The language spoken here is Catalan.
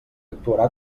actuarà